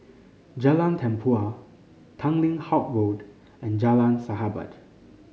Jalan Tempua Tanglin Halt Road and Jalan Sahabat